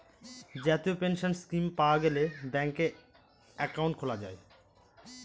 জাতীয় pension scheme পাওয়া গেলে ব্যাঙ্কে একাউন্ট খোলা যায়